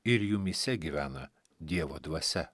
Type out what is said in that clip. ir jumyse gyvena dievo dvasia